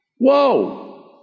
Whoa